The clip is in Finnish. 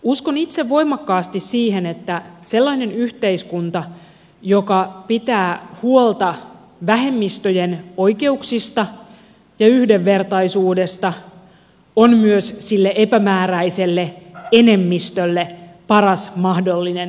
uskon itse voimakkaasti siihen että sellainen yhteiskunta joka pitää huolta vähemmistöjen oikeuksista ja yhdenvertaisuudesta on myös sille epämääräiselle enemmistölle paras mahdollinen yhteiskunta